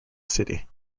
city